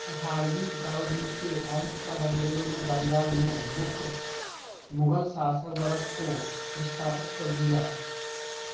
अठारहवीं शताब्दी के अंत तक अंग्रेजों ने बंगाल में मुख्य मुगल शासक वर्ग को विस्थापित कर दिया